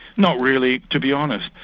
not really. to be honest,